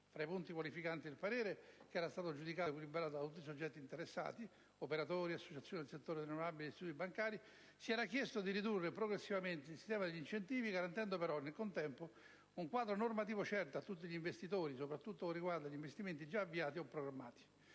Tra i punti qualificanti del parere, che era stato giudicato equilibrato da tutti i soggetti interessati (operatori, associazioni del settore delle rinnovabili ed istituti bancari), si era chiesto di ridurre progressivamente il sistema degli incentivi, garantendo però, al contempo, un quadro normativo certo a tutti gli investitori, soprattutto con riguardo agli investimenti già avviati o programmati.